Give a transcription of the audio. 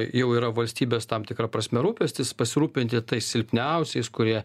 jau yra valstybės tam tikra prasme rūpestis pasirūpinti tais silpniausiais kurie